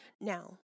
Now